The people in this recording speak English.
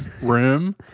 room